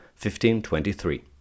1523